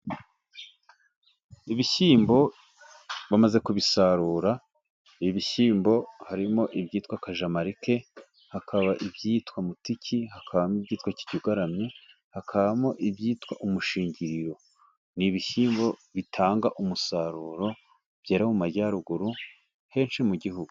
Ibishyimbo bamaze ku bisarura, ibishyimbo harimo ibyitwa kajamalite, hakaba ibyitwa mutiki, hakabamo ibyitwa kijugaramye, hakabamo ibyitwa umushingiriro, n'ibishyimbo bitanga umusaruro, byera mu majyaruguru henshi mu gihugu.